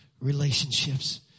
relationships